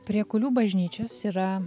prie kulių bažnyčios yra